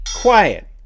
quiet